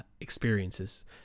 experiences